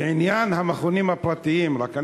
לעניין המכונים הפרטיים, רק.